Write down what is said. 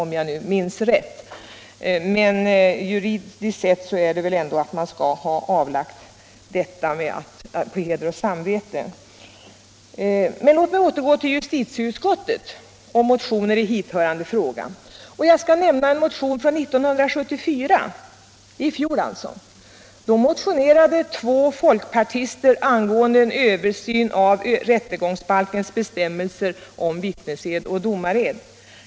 Men juridiskt sett bör man väl ändå ha avlagt denna försäkran på heder och samvete. Låt mig återgå till justitieutskottet och motioner i hithörande fråga. I fjol motionerade två folkpartister om översyn av rättegångsbalkens bestämmelser om vittnesed och domared.